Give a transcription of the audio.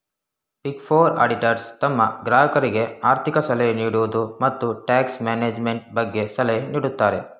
big four auditors ತಮ್ಮ ಗ್ರಾಹಕರಿಗೆ ಆರ್ಥಿಕ ಸಲಹೆ ನೀಡುವುದು, ಮತ್ತು ಟ್ಯಾಕ್ಸ್ ಮ್ಯಾನೇಜ್ಮೆಂಟ್ ಬಗ್ಗೆ ಸಲಹೆ ನೀಡುತ್ತಾರೆ